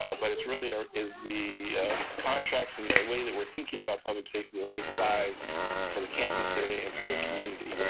um but it's really is the contracts and the way that we're thinking about public safety, the the right size for the campus today and for the community, you know,